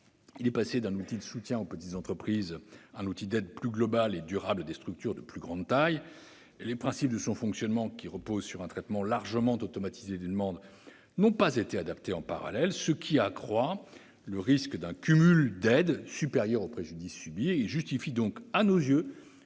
il est passé d'un outil de soutien aux petites entreprises à un outil d'aide plus global et durable pour des structures de plus grande taille. Mais les principes de son fonctionnement, qui repose sur un traitement largement automatisé des demandes, n'ont pas été adaptés en parallèle. Cela accroît le risque d'un cumul d'aides supérieur au préjudice subi et justifie, à nos yeux,